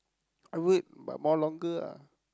I'll wait but more longer lah